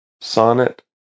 Sonnet